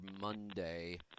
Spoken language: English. Monday